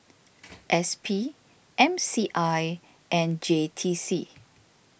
S P M C I and J T C